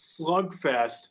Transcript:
slugfest